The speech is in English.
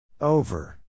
Over